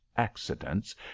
accidents